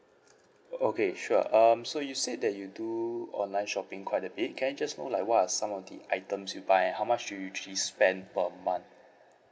okay sure um so you said that you do online shopping quite a bit can I just know like what are some of the items you buy how much do you actually spent per month